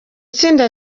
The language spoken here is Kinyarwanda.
tsinda